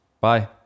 Bye